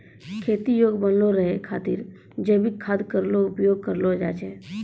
खेती योग्य बनलो रहै खातिर जैविक खाद केरो उपयोग करलो जाय छै